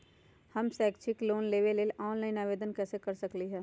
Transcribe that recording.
हम शैक्षिक लोन लेबे लेल ऑनलाइन आवेदन कैसे कर सकली ह?